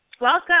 Welcome